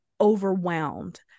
overwhelmed